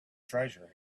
treasure